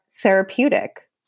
therapeutic